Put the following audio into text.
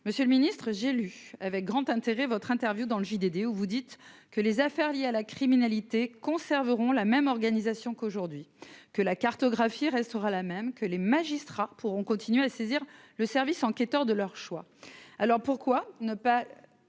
monsieur le Ministre, j'ai lu avec grand intérêt votre interview dans le JDD, où vous dites que les affaires liées à la criminalité conserveront la même organisation qu'aujourd'hui que la cartographie restera la même, que les magistrats pourront continuer à saisir le service enquêteur de leur choix, alors pourquoi ne pas